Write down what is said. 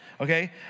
Okay